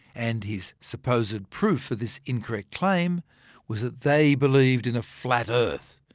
and his supposed proof for this incorrect claim was that they believed in a flat earth.